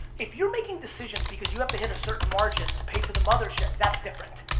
if you're making decisions because you have to hit a certain margin to pay to the mothership, that's different,